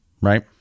right